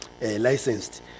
licensed